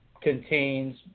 contains